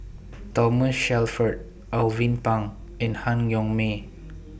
Thomas Shelford Alvin Pang and Han Yong May